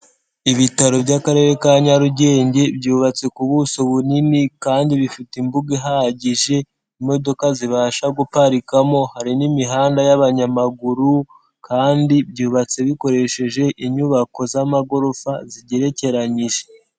Ibitaro by'Akarere ka Nyarugenge byubatse ku buso bunini kandi bifite imbuga ihagije, imodoka zibasha guparikamo, hari n'imihanda y'abanyamaguru kandi byubatse bikoresheje inyubako z'amagorofa zigerekeranyije.